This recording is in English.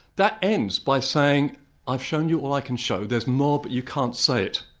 that ends by saying i've shown you all i can show there's more but you can't say it.